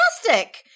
fantastic